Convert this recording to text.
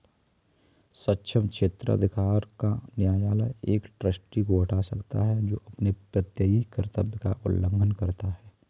सक्षम क्षेत्राधिकार का न्यायालय एक ट्रस्टी को हटा सकता है जो अपने प्रत्ययी कर्तव्य का उल्लंघन करता है